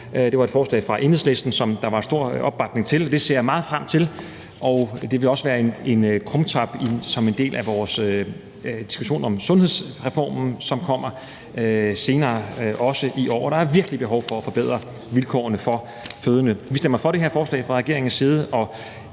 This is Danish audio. Det var et forslag fra Enhedslisten, som der var stor opbakning til. Det vil også være en krumtap for en del af vores diskussion om sundhedsreformen, som kommer senere, også i år. Der er virkelig behov for at forbedre vilkårene for fødende. Vi stemmer for det her forslag fra regeringens side,